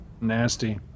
nasty